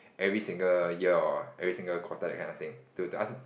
every single year or every single quarter that kind of thing to to ask